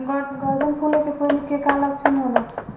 गर्दन फुले के पहिले के का लक्षण होला?